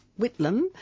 Whitlam